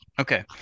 Okay